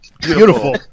Beautiful